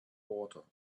water